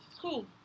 cool